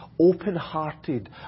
open-hearted